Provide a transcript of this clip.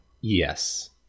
Yes